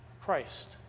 Christ